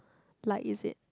like is it